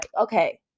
okay